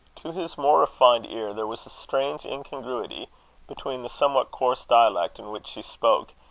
to his more refined ear, there was a strange incongruity between the somewhat coarse dialect in which she spoke,